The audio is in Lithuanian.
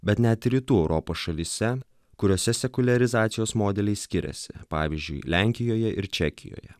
bet net ir rytų europos šalyse kuriose sekuliarizacijos modeliai skiriasi pavyzdžiui lenkijoje ir čekijoje